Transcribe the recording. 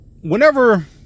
whenever